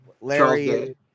Larry